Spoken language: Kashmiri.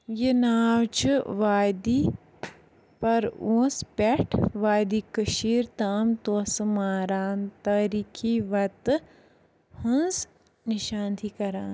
یہِ ناو چھُ وادی پروُنس پٮ۪ٹھہٕ وادی کٔشٖیرِ تام توسہٕ ماران تٲریٖخی وتہِ ہنٛز نِشاندِہی کران